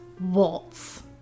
waltz